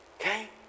okay